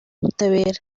ubutabera